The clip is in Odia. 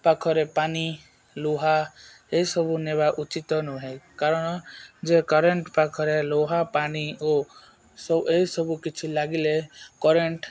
ପାଖରେ ପାନି ଲୁହା ଏସବୁ ନେବା ଉଚିତ ନୁହେଁ କାରଣ ଯେ କରେଣ୍ଟ ପାଖରେ ଲୁହା ପାନି ଓ ସ ଏଇସବୁ କିଛି ଲାଗିଲେ କରେଣ୍ଟ